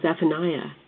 Zephaniah